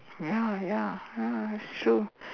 ya ya ya it's true